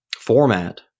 format